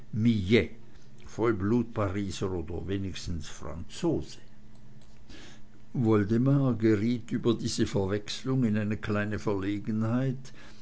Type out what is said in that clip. vollblutpariser oder wenigstens franzose woldemar geriet über diese verwechslung in eine kleine verlegenheit